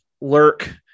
lurk